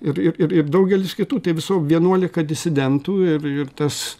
ir ir ir daugelis kitų tai viso vienuolika disidentų ir ir tas